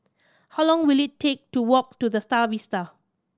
how long will it take to walk to The Star Vista